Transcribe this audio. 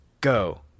Go